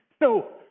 No